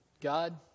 God